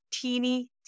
teeny